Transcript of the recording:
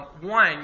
One